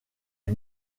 est